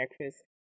breakfast